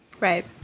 Right